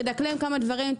ידקלם כמה דברים,